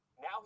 now